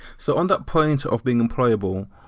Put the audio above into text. so on that point of being employable,